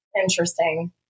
Interesting